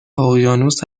اقیانوس